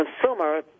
consumer